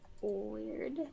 weird